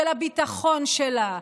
של הביטחון שלה,